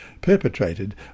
perpetrated